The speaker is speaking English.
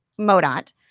MoDOT